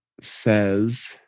says